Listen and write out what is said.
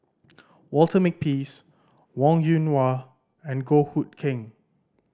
Walter Makepeace Wong Yoon Wah and Goh Hood Keng